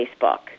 facebook